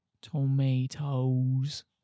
Tomatoes